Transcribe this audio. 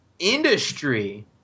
Industry